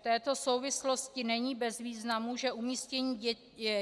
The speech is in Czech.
V této souvislosti není bez významu, že umístění